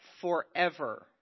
forever